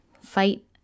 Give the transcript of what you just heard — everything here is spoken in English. fight